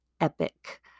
epic